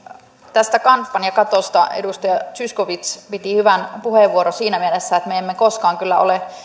tästä kampanjakatosta edustaja zyskowicz piti hyvän puheenvuoron siinä mielessä että me emme koskaan kyllä ole